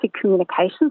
communications